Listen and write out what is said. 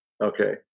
Okay